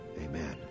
amen